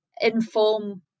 inform